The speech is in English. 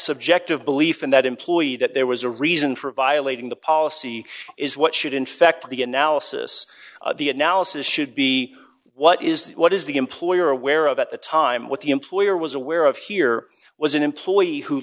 subjective belief in that employee that there was a reason for violating the policy is what should infect the analysis the analysis should be what is what is the employer aware of at the time what the employer was aware of here was an employee who